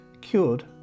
cured